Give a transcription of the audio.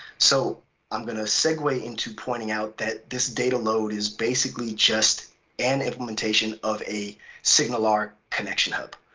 so i'm going to segue into pointing out that this data load is basically just an implementation of a signal art connection hub.